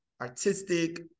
artistic